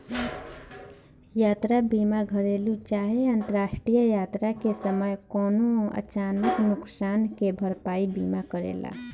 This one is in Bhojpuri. यात्रा बीमा घरेलु चाहे अंतरराष्ट्रीय यात्रा के समय कवनो अचानक नुकसान के भरपाई बीमा करेला